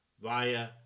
Via